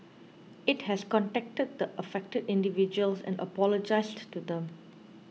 it has contacted the affected individuals and apologised to them